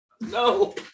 No